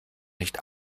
nicht